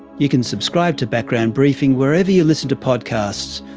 you can subscribe to background briefing wherever you listen to podcasts,